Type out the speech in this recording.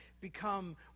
become